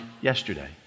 yesterday